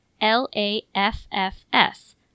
L-A-F-F-S